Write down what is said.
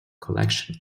collection